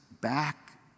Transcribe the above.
back